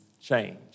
Change